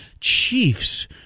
Chiefs